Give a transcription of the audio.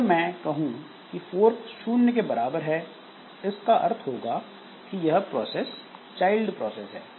अगर मैं कहूं कि फोर्क शून्य के बराबर है इसका अर्थ होगा कि यह प्रोसेस चाइल्ड है